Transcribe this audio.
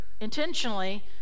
Intentionally